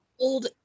old